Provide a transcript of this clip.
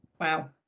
Wow